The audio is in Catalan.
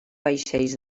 vaixells